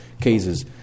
cases